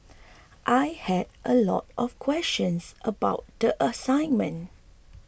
I had a lot of questions about the assignment